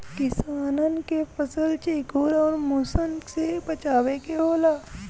किसानन के फसल चेखुर आउर मुसन से बचावे के होला